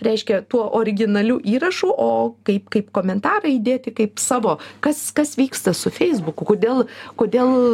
reiškia tuo originaliu įrašu o kaip kaip komentarą įdėti kaip savo kas kas vyksta su feisbuku kodėl kodėl